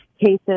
cases